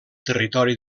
territori